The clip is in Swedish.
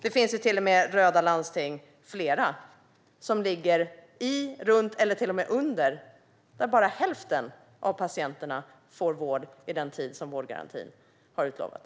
Det finns flera röda landsting som ligger i, runt eller till och med under och där bara hälften av patienterna får vård i den tid som vårdgarantin har utlovat.